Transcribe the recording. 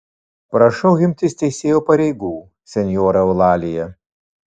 prašau imtis teisėjo pareigų senjora eulalija